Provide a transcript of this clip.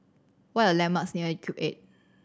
what are the landmarks near Cube Eight